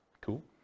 Cool